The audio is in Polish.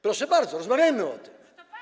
Proszę bardzo, rozmawiajmy o tym.